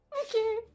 Okay